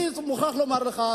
אני מוכרח לומר לך,